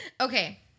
Okay